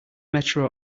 metro